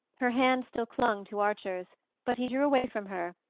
her hand still clung to archer's but he drew away from her,